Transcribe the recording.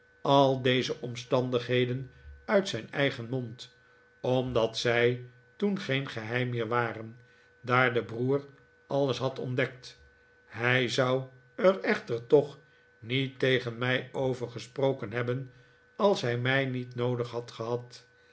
al deze omstandigheden uit zijn eigen mond omdat zij toen geen geheim meer waren daar de broer alles had ontdekt hij zou er echter toch niet tegen mij over gesproken hebben als hij mij niet noodig had gehad